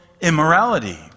immorality